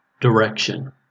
direction